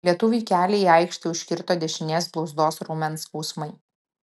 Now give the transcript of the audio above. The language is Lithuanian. lietuviui kelią į aikštę užkirto dešinės blauzdos raumens skausmai